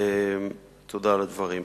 תודה על הדברים.